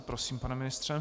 Prosím, pane ministře.